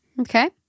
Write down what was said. Okay